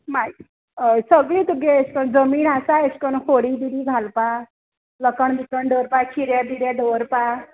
मा अय सगळी तुगें जमीन आसा एश कोनू खोडी बिडी घालपा लोकण बिकण दवरपा चिरे बिरे दवरपा